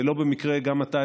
לא במקרה גם אתה,